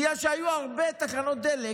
בגלל שהיו הרבה תחנות דלק,